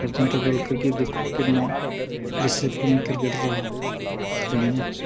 सचिन तेंडुलकर गी दिक्खो कि'न्ना डिसिप्लिन क्रिकेटर हा दूनिया च